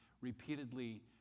repeatedly